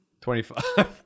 25